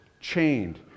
chained